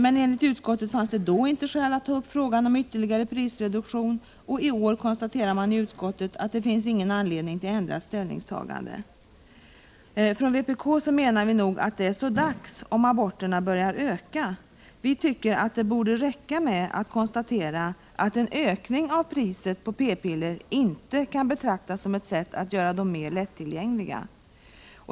Men enligt utskottet fanns det då inte skäl att ta upp frågan om ytterligare prisreduktion. Och i år skriver utskottet att man inte finner anledning till ändrat ställningstagande. Från vpk menar vi nog att det är så dags, om aborterna börjar öka. Det borde väl ändå räcka med att konstatera att en ökning av priset på p-piller inte kan betraktas som ett sätt att göra dem mer lättillgängliga.